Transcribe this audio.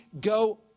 go